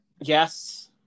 Yes